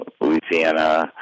Louisiana